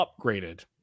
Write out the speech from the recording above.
upgraded